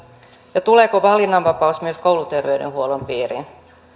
ja tuleeko valinnanvapaus myös kouluterveydenhuollon piiriin